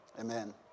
Amen